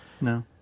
no